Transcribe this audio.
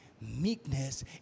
Meekness